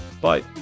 Bye